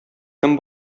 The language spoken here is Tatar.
кем